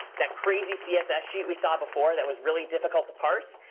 that crazy css sheet we saw before, that was really difficult to parse,